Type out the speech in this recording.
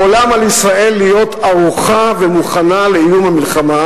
לעולם על ישראל להיות ערוכה ומוכנה לאיום המלחמה,